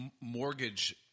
mortgage